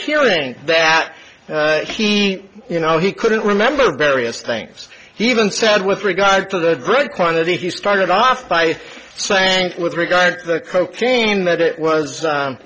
hearing that you know he couldn't remember various things he even said with regard to that great quantity he started off by saying with regard to the cocaine that it was